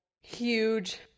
huge